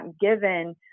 given